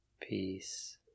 peace